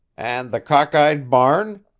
and the cockeyed barn?